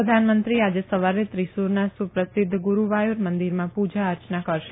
પ્રધાનમંત્રી આજે સવારે ત્રિસુરના સુપ્રસિધ્ધ ગુરૂવાયુર મંદીરમાં પુજા અર્ચના કરશે